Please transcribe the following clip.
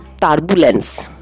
turbulence